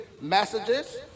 messages